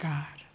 God